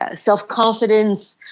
ah self-confidence.